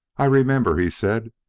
i remember, he said.